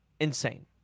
Insane